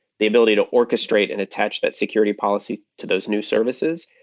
the ability to orchestrate and attach that security policy to those new services.